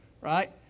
right